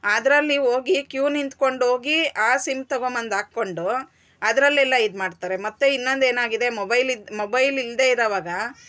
ಆದ್ರಲ್ಲಿ ಹೋಗಿ ಕ್ಯೂ ನಿತ್ಕೊಂಡು ಹೋಗಿ ಆ ಸಿಮ್ ತೊಗೊಂಬಂದು ಹಾಕ್ಕೊಂಡು ಅದ್ರಲ್ಲೆಲ್ಲ ಇದು ಮಾಡ್ತಾರೆ ಮತ್ತು ಇನ್ನೊಂದೇನಾಗಿದೆ ಮೊಬೈಲ್ ಇದು ಮೊಬೈಲ್ ಇಲ್ದೆ ಇರೋವಾಗ